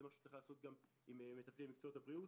זה מה שצריך לעשות גם עם מטפלים במקצועות הבריאות.